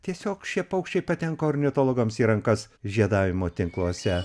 tiesiog šie paukščiai patenka ornitologams į rankas žiedavimo tinkluose